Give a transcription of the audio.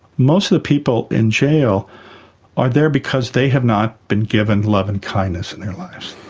most of the people in jail are there because they have not been given love and kindness in their lives.